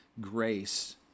grace